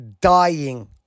dying